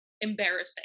embarrassing